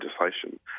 legislation